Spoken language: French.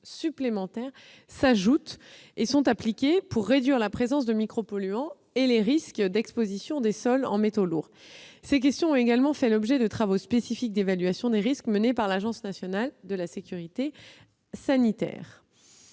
supplémentaires sont appliquées pour réduire la présence de micropolluants et les risques d'exposition des sols aux métaux lourds. Ces questions ont également fait l'objet de travaux spécifiques d'évaluation des risques menés par l'Agence nationale de sécurité sanitaire.